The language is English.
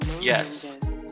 Yes